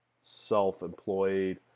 self-employed